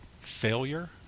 Failure